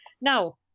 now